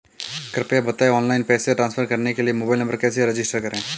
कृपया बताएं ऑनलाइन पैसे ट्रांसफर करने के लिए मोबाइल नंबर कैसे रजिस्टर करें?